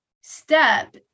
step